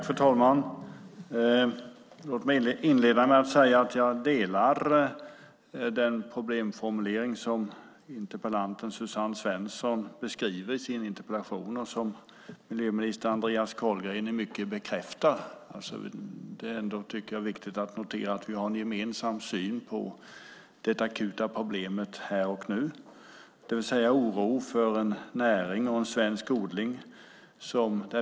Fru talman! Låt mig inleda med att säga att jag delar den problemformulering som interpellanten Suzanne Svensson gör i sin interpellation och som miljöminister Andreas Carlgren i mycket bekräftar. Det är viktigt att notera att vi har en gemensam syn på det akuta problemet här och nu, det vill säga oron för en näring: svensk odling.